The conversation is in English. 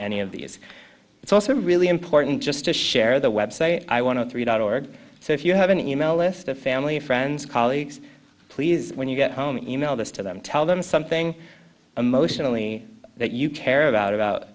any of these it's also really important just to share the website i want to three dot org so if you have an e mail list of family friends colleagues please when you get home in mail this to them tell them something emotionally that you care about about